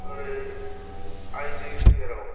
ओरै आइ दै सेराव